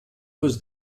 was